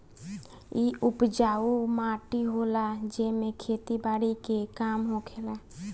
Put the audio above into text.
इ उपजाऊ माटी होला जेमे खेती बारी के काम होखेला